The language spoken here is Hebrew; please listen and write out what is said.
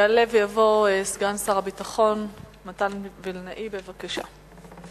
יעלה ויבוא סגן שר הביטחון מתן וילנאי, בבקשה.